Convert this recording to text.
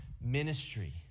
ministry